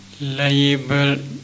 liable